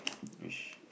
is